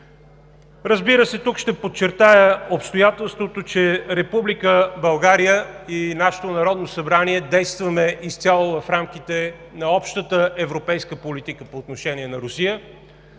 Разбира се, тук ще подчертая обстоятелството, че Република България и нашето Народно събрание действаме изцяло в рамките на общата европейска политика по отношение на Русия.